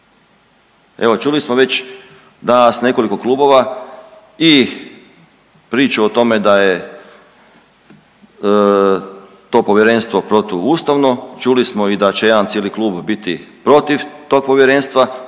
Evo čuli smo već danas nekoliko klubova i priču o tome da je to povjerenstvo protuustavno, čuli smo i da će jedan cijeli klub biti protiv tog Povjerenstva